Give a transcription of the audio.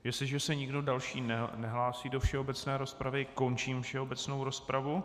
Jestliže se nikdo další nehlásí do všeobecné rozpravy, končím všeobecnou rozpravu.